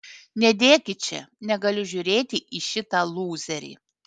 nedėkit čia šito gaiduko snukio negaliu žiūrėti į šitą lūzerį